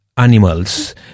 animals